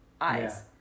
eyes